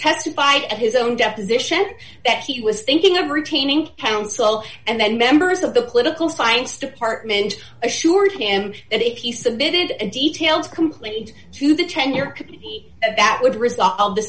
testified at his own deposition that he was thinking of retaining counsel and then members of the political science department assured him that if he submitted and details completed to the tenure committee that would resolve the